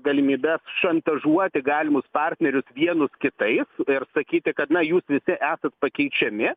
galimybes šantažuoti galimus partnerius vienus kitais ir sakyti kad na jūs visi esat pakeičiami